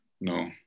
No